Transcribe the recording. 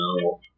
no